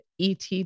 ET